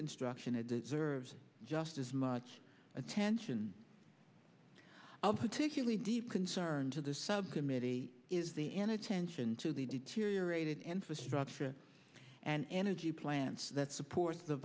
construction at the service just as much attention of particularly deep concern to the subcommittee is the an attention to the deteriorated infrastructure and energy plants that support the